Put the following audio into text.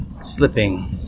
slipping